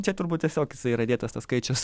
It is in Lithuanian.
čia turbūt tiesiog jisai yra dėtas tas skaičius